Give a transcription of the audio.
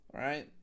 Right